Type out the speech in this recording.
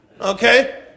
Okay